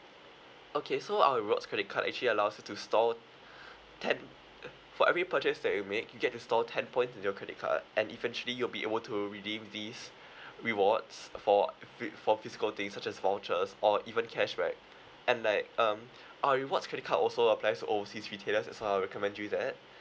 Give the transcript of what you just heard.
okay so our rewards credit card actually allows you to store ten for every purchase that you make you get to store ten points in your credit card and eventually you'll be able to redeem these rewards for phy~ for physical things such as vouchers or even cashback and like um our rewards credit card also applies overseas retailers that's why I will recommend you that